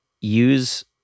use